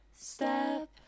step